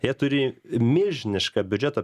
jie turi milžinišką biudžeto